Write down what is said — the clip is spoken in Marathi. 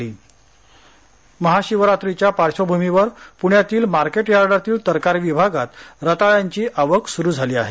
आवक महाशिवरात्री पार्श्वभूमीवर मार्केट यार्डातील तरकारी विभागात रताळांची आवक सुरू झाली आहे